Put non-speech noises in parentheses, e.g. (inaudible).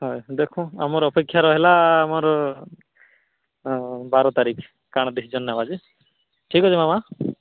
ହଁ ଦେଖ ଆମର ଅପେକ୍ଷାର ହେଲା ଆମର ବାର ତାରିଖ (unintelligible) ଠିକ୍ ଅଛି ମାମା